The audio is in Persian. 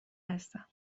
هستم